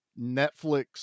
Netflix